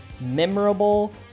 memorable